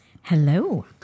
Hello